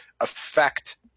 affect